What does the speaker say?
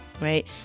right